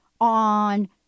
on